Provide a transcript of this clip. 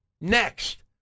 next